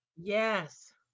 Yes